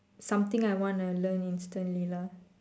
something I want to learn instantly lah